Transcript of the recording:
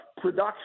production